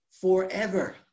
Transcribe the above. forever